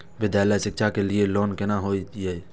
विद्यालय शिक्षा के लिय लोन केना होय ये?